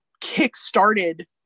kick-started